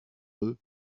eux